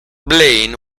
blaine